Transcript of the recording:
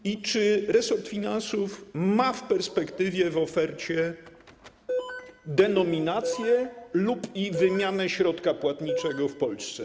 I czy resort finansów ma w perspektywie w ofercie denominację lub wymianę środka płatniczego w Polsce?